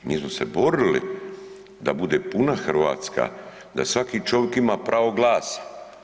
Mi smo se borili da bude puna Hrvatska, da svaki čovik ima pravo glasa.